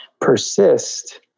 persist